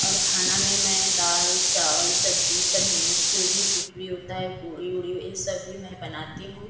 और खाना में मैं दाल चावल सब्जी पनीर जो भी कुछ भी होता है पूड़ी ओड़ी ये सब भी मैं बनाती हूँ